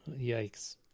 yikes